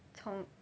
宠